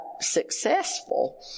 successful